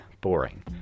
boring